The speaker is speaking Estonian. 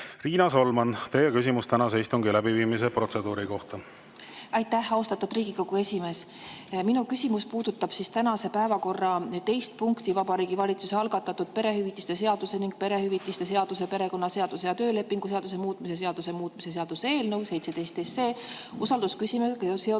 Riina Solman, teie küsimus tänase istungi läbiviimise protseduuri kohta! Aitäh, austatud Riigikogu esimees! Minu küsimus puudutab tänase päevakorra teist punkti: Vabariigi Valitsuse algatatud perehüvitiste seaduse ning perehüvitiste seaduse, perekonnaseaduse ja töölepingu seaduse muutmise seaduse muutmise seaduse eelnõu 17, usaldusküsimusega seotud